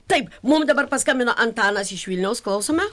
taip mum dabar paskambino antanas iš vilniaus klausome